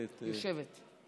יושבת.